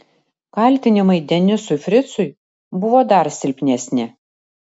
kaltinimai denisui fricui buvo dar silpnesni